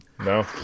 No